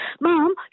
mom